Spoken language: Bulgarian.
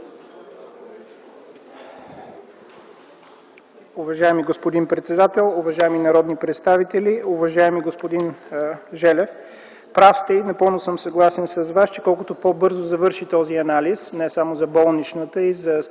Уважаеми господин председател, уважаеми народни представители! Уважаеми господин Желев, прав сте и напълно съм съгласен с Вас, че колкото по-бързо завърши този анализ не само за болничната, а и за